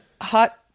hot